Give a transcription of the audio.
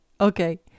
Okay